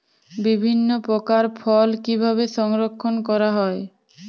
বিভিন্ন প্রকার ফল কিভাবে সংরক্ষণ করা হয়?